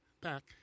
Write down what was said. back